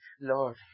Lord